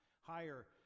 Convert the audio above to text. higher